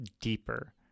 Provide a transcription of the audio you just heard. deeper